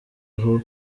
aho